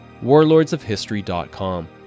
warlordsofhistory.com